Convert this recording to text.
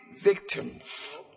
victims